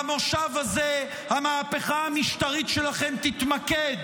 במושב הזה המהפכה המשטרית שלכם תתמקד